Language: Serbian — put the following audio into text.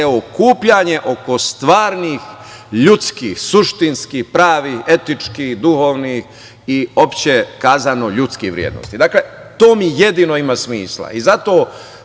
okupljanje oko stvarnih ljudskih, suštinskih, pravih, etičkih, duhovnih i uopšte rečeno ljudskih vrednosti. Dakle, to mi jedino ima smisla.